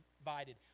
invited